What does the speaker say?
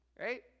Right